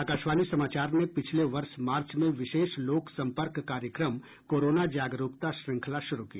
आकाशवाणी समाचार ने पिछले वर्ष मार्च में विशेष लोक संपर्क कार्यक्रम कोरोना जागरुकता श्रृंखला शुरू की